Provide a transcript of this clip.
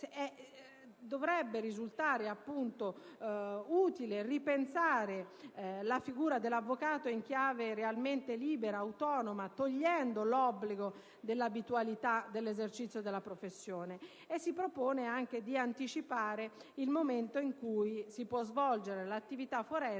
Dovrebbe certamente essere utile ripensare la figura dell'avvocato in chiave realmente libera ed autonoma, eliminando l'obbligo della abitualità dell'esercizio della professione. Si propone quindi anche di anticipare il momento in cui si può svolgere l'attività forense